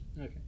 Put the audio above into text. Okay